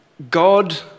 God